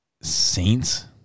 Saints